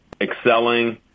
excelling